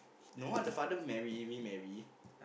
no ah the father marry remarry